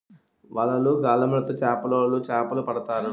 వలలు, గాలములు తో చేపలోలు చేపలు పడతారు